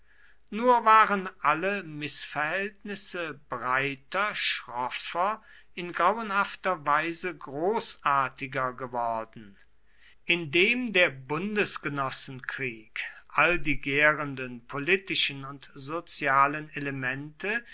nur waren alle mißverhältnisse breiter schroffer in grauenhafter weise großartiger geworden indem der bundesgenossenkrieg all die gärenden politischen und sozialen elemente